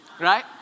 Right